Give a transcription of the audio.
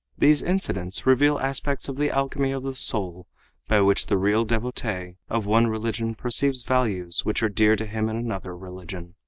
these incidents reveal aspects of the alchemy of the soul by which the real devotee of one religion perceives values which are dear to him in another religion.